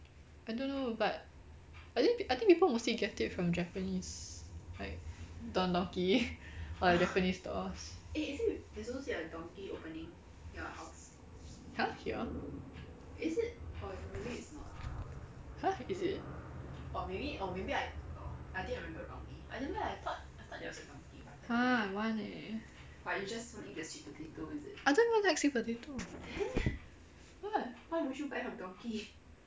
I don't know but I think I think people mostly get it from japanese like don donki or like japanese stalls !huh! here !huh! is it !huh! I want eh I don't even like sweet potato [what]